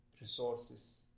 resources